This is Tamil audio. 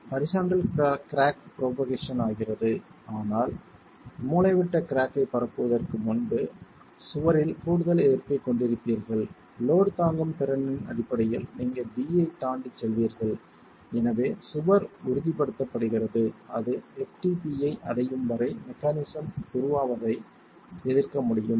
ஹரிசாண்டல் கிராக் புரோபகேஷன் ஆகிறது ஆனால் மூலைவிட்ட கிராக் ஐப் பரப்புவதற்கு முன்பு சுவரில் கூடுதல் எதிர்ப்பைக் கொண்டிருப்பீர்கள் லோட் தாங்கும் திறனின் அடிப்படையில் நீங்கள் b ஐத் தாண்டிச் செல்வீர்கள் எனவே சுவர் உறுதிப்படுத்தப்படுகிறது அது ftp ஐ அடையும் வரை மெக்கானிசம் உருவாவதை எதிர்க்க முடியும்